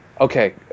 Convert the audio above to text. Okay